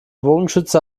bogenschütze